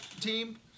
team